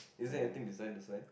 is it anything beside this side